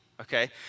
Okay